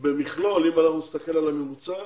אם אנחנו נסתכל על הממוצע,